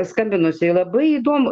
skambinusi labai įdomų